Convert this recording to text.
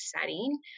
setting